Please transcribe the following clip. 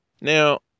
Now